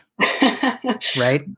Right